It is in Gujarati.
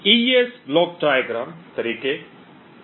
એઇએસ બ્લોક ડાયાગ્રામ તરીકે ખરેખર કંઈક આના જેવું દેખાય છે